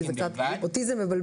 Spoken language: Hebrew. כי זה קצת אותי בכל אופן זה מבלבל.